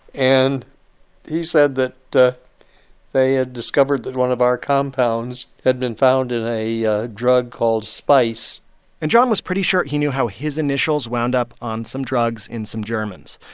and he said that they had discovered that one of our compounds had been found in a ah drug called spice and john was pretty sure he knew how his initials wound up on some drugs in some germans.